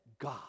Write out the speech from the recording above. God